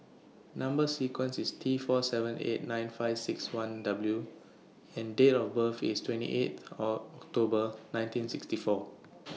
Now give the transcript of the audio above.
Number sequence IS T four seven eight nine five six one W and Date of birth IS twenty eighth Or October nineteen sixty four